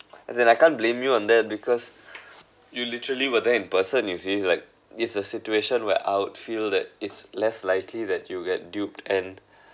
as in I can't blame you on that because you literally were there in person you see like it's a situation where I'll feel that it's less likely that you get duped and